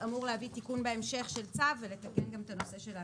אמור להביא תיקון בהמשך של צו ולתקן גם את הנושא של האגרות.